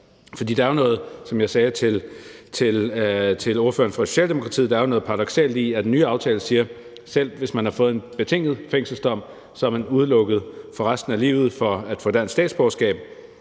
For der er jo, som jeg sagde til ordføreren for Socialdemokratiet, noget paradoksalt i, at den nye aftale siger, at selv hvis man har fået en betinget fængselsdom, så er man for resten af livet udelukket fra at få dansk statsborgerskab,